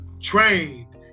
trained